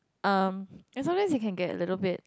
um and sometimes he can get a little bit